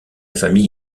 famille